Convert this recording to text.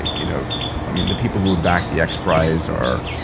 you know i mean the people who backed the x prize are